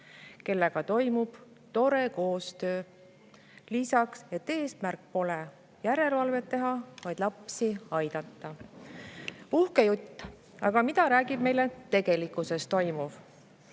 kellega toimub tore koostöö, lisaks seda, et eesmärk pole järelevalvet teha, vaid lapsi aidata. Uhke jutt, aga mida räägib meile tegelikkuses toimuv? Kuus